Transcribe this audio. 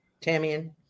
Tamian